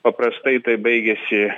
paprastai tai baigiasi